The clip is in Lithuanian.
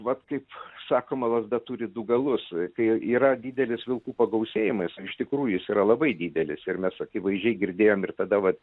vat kaip sakoma lazda turi du galus kai yra didelis vilkų pagausėjimas iš tikrų jis yra labai didelis ir mes akivaizdžiai girdėjom ir tada vat